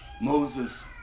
Moses